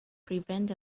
prevent